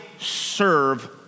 serve